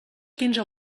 quinze